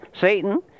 Satan